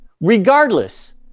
regardless